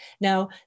Now